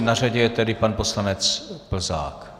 Na řadě je pan poslanec Plzák.